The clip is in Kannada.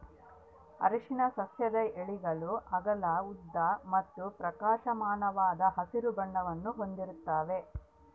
ಅರಿಶಿನ ಸಸ್ಯದ ಎಲೆಗಳು ಅಗಲ ಉದ್ದ ಮತ್ತು ಪ್ರಕಾಶಮಾನವಾದ ಹಸಿರು ಬಣ್ಣವನ್ನು ಹೊಂದಿರ್ತವ